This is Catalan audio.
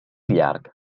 llarg